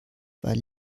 weil